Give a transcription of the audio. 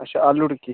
अच्छा आलू टिक्की